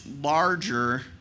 larger